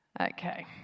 Okay